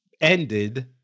ended